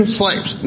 slaves